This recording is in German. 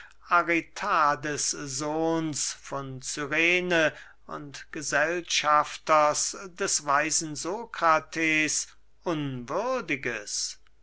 aritadessohns von cyrene und gesellschafters des weisen sokrates unwürdiges